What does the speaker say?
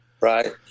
Right